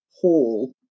Hall